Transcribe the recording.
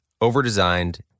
overdesigned